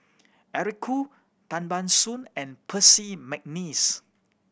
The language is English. Eric Khoo Tan Ban Soon and Percy McNeice